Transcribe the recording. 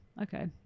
Okay